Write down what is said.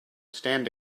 stand